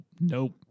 nope